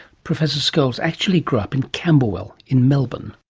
professor scholes actually grew up in camberwell in melbourne.